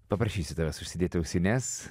paprašysiu tavęs užsidėti ausines